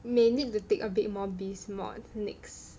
may need to take a bit more of biz mods next